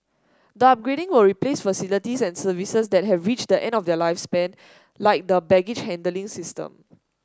the upgrading will replace facilities and services that have reached the end of their lifespan like the baggage handling system